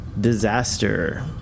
Disaster